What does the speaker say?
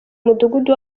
mudugudu